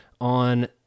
on